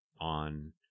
on